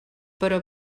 però